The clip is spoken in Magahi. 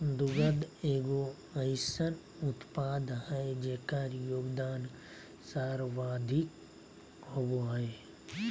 दुग्ध एगो अइसन उत्पाद हइ जेकर योगदान सर्वाधिक होबो हइ